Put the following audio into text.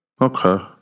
Okay